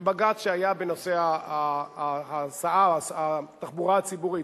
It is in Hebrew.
בבג"ץ שהיה בנושא התחבורה הציבורית.